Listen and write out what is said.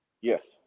Yes